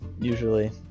usually